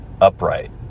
upright